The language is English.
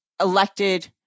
elected